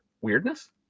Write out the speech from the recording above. weirdness